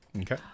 Okay